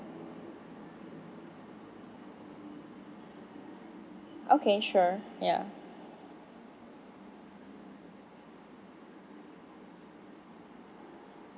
okay sure ya